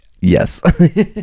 yes